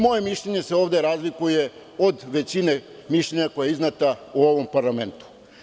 Moje mišljenje se ovde razlikuje od većine mišljenja koja su izneta u ovom parlamentu.